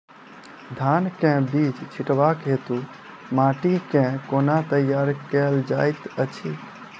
धान केँ बीज छिटबाक हेतु माटि केँ कोना तैयार कएल जाइत अछि?